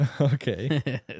okay